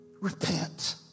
Repent